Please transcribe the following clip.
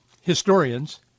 historians